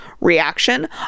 reaction